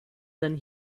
than